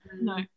no